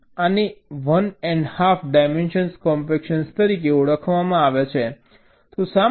આને 1 and half dimension compaction તરીકે ઓળખવામાં આવે છે